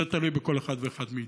זה תלוי בכל אחד ואחד מאיתנו.